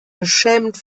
beschämend